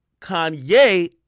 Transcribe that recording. Kanye